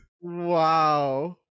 Wow